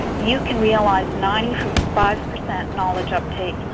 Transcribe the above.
you can realize ninety five percent knowledge uptake,